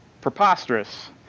Preposterous